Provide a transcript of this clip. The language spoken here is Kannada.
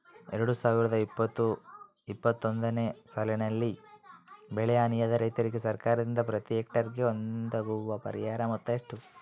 ಎರಡು ಸಾವಿರದ ಇಪ್ಪತ್ತು ಇಪ್ಪತ್ತೊಂದನೆ ಸಾಲಿನಲ್ಲಿ ಬೆಳೆ ಹಾನಿಯಾದ ರೈತರಿಗೆ ಸರ್ಕಾರದಿಂದ ಪ್ರತಿ ಹೆಕ್ಟರ್ ಗೆ ಒದಗುವ ಪರಿಹಾರ ಮೊತ್ತ ಎಷ್ಟು?